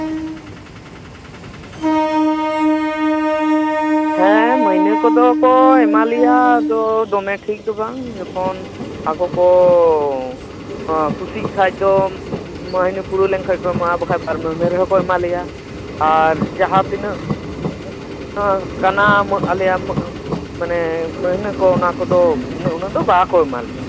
ᱦᱮᱸ ᱢᱟᱹᱭᱱᱟᱹ ᱠᱚᱫᱚ ᱠᱚ ᱮᱢᱟᱞᱮᱭᱟ ᱟᱫᱚ ᱫᱚᱢᱮ ᱴᱷᱤᱠ ᱫᱚ ᱵᱟᱝ ᱡᱚᱠᱷᱚᱱ ᱟᱠᱚ ᱠᱚ ᱠᱩᱥᱤᱜ ᱠᱷᱟᱱ ᱫᱚ ᱢᱟᱹᱦᱱᱟᱹ ᱯᱩᱨᱟᱹᱣ ᱞᱮᱱᱠᱷᱟᱱ ᱠᱚ ᱮᱢᱚᱜᱼᱟ ᱟᱨ ᱵᱟᱝᱠᱷᱟᱱ ᱫᱚ ᱵᱟᱨ ᱢᱟᱹᱦᱱᱟᱹ ᱨᱮᱦᱚᱸᱠᱚ ᱮᱢᱟᱞᱮᱭᱟ ᱟᱨ ᱡᱟᱦᱟᱸᱛᱤᱱᱟᱹᱜ ᱠᱟᱱᱟ ᱟᱞᱮᱭᱟᱜ ᱢᱟᱱᱮ ᱢᱟᱹᱦᱱᱟᱹ ᱠᱚ ᱚᱱᱟ ᱠᱚᱫᱚ ᱩᱱᱟᱹᱜ ᱫᱚ ᱵᱟᱠᱚ ᱮᱢᱟᱞᱮᱭᱟ